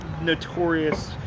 notorious